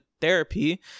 therapy